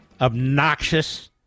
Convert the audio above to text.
obnoxious